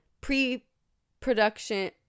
pre-production